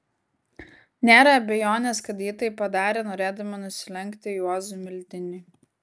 nėra abejonės kad ji tai padarė norėdama nusilenkti juozui miltiniui